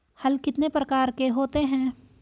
हल कितने प्रकार के होते हैं?